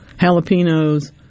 jalapenos